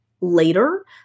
later